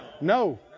no